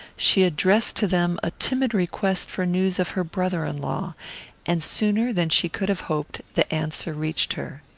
she addressed to them a timid request for news of her brother-in-law and sooner than she could have hoped the answer reached her.